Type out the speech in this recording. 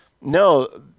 No